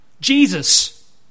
Jesus